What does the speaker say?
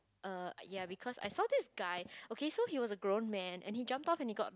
err ya because I saw this guy okay so he was a grown man and he jumped off and he got the